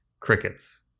Crickets